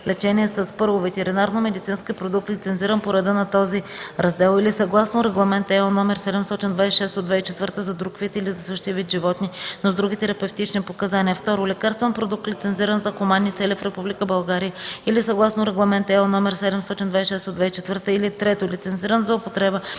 лечение със: 1. ветеринарномедицински продукт, лицензиран по реда на този раздел или съгласно Регламент (ЕО) № 726/2004 за друг вид или за същия вид животни, но с други терапевтични показания; 2. лекарствен продукт, лицензиран за хуманни цели в Република България или съгласно Регламент (ЕО) № 726/2004 или 3. лицензиран за употреба